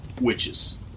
witches